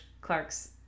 clark's